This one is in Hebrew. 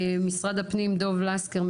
דב לסקר ממשרד הפנים,